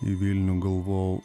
į vilnių galvojau